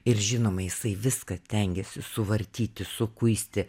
ir žinoma jisai viską tengiasi suvartyti sukuisti